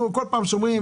אנחנו כל פעם שומעים,